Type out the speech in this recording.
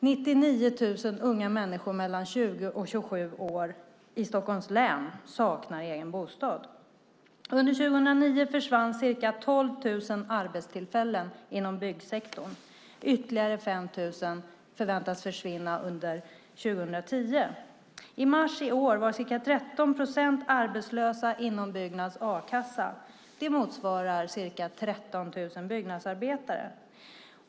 99 000 personer mellan 20 och 27 år i Stockholms län saknar egen bostad. Under 2009 försvann ca 12 000 arbetstillfällen inom byggsektorn. Ytterligare 5 000 förväntas försvinna under 2010. I mars i år var ca 13 procent arbetslösa i Byggnads a-kassa. Det motsvarar ca 13 000 byggnadsarbetare.